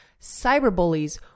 cyberbullies